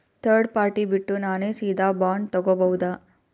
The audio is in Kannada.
ಥರ್ಡ್ ಪಾರ್ಟಿ ಬಿಟ್ಟು ನಾನೇ ಸೀದಾ ಬಾಂಡ್ ತೋಗೊಭೌದಾ?